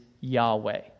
Yahweh